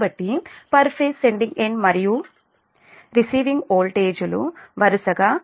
కాబట్టి per phase sending end మరియు receiving వోల్టేజీలు వరుసగా VS మరియు VR